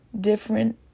different